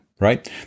right